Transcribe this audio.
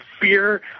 fear